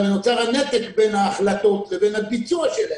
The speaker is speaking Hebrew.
אבל נוצר הנתק בין ההחלטות לבין הביצוע שלהם.